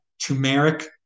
turmeric